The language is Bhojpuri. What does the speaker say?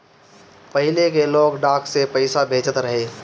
पहिले के लोग डाक से पईसा भेजत रहे